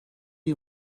you